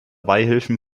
beihilfen